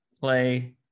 play